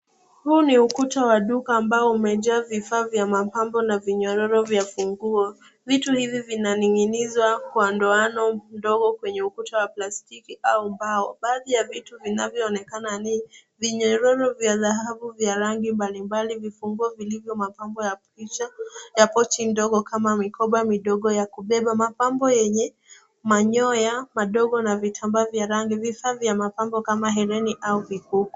Huu ni ukuta wa duka ambao umejaa vifaa vya mapambo na vinyororo vya funguo. Vitu hivi vinaning'inizwa kwa ndoano ndogo kwenye ukuta wa plastiki au mbao. Baadhi ya vitu vinavyoonekana ni vinyororo vya dhahabu vya rangi mbalimbali, vifunguo vilivyo mapambo ya picha ya pochi ndogo kama mikoba midogo ya kubeba, mapambo yenye manyoya madogo na vitambaa vya rangi vifaa vya mapambo kama herini au vikuku.